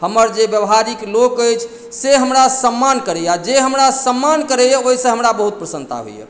हमर जे व्यावहारिक लोक अछि से हमरा सम्मान करैए आ जे हमरा सम्मान करैए ओहिसँ हमरा बहुत प्रसन्नता होइए